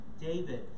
David